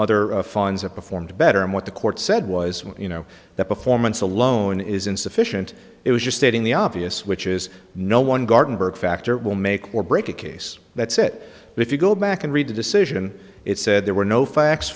other funds that performed better and what the court said was you know that performance alone is insufficient it was just stating the obvious which is no one gartenberg factor will make or break a case that's it but if you go back and read the decision it said there were no facts